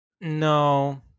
No